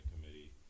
committee